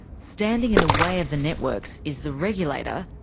standing in the way of the networks is the regulator,